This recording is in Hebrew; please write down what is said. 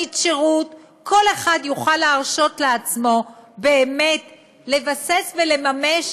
במונית שירות כל אחד יוכל להרשות לעצמו באמת לבסס ולממש